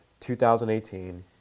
2018